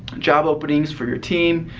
job openings for your team,